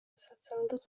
социалдык